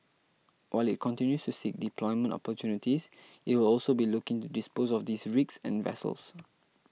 while it continues to seek deployment opportunities it will also be looking to dispose of these rigs and vessels